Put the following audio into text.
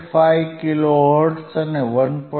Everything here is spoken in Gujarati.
5 કિલો હર્ટ્ઝ અને 1